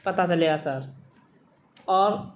پتہ چل گیا سر اور